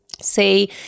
Say